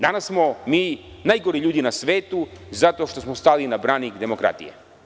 Danas smo mi najgori ljudi na svetu zato što smo stalina branik demokratije.